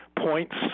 points